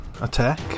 attack